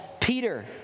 Peter